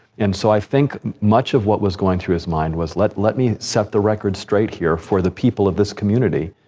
and so i think much of what was going through his mind was, let, let me set the record straight here for the people of this community.